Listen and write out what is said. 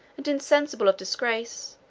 and insensible of disgrace,